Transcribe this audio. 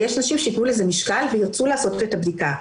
ויש נשים שיתנו לזה משקל וירצו לעשות את הבדיקה,